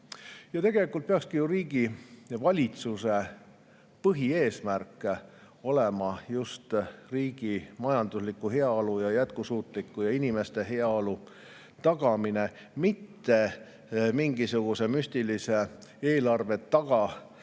Tegelikult peaks ju riigi ja valitsuse põhieesmärk olema just riigi majandusliku heaolu ja jätkusuutlikkuse ja inimeste heaolu tagamine, mitte mingisuguse müstilise eelarve